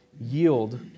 yield